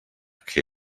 que